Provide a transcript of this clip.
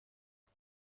کسی